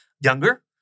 younger